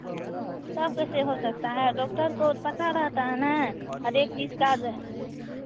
तब कैसे हो सकता है डॉक्टर को पता रहता है ना हरेक चीज़ का